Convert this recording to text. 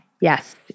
yes